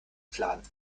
planen